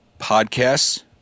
podcasts